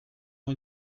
ont